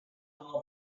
all